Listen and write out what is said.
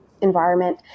environment